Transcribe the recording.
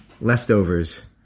leftovers